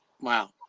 Wow